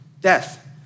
death